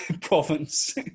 province